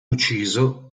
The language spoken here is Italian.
ucciso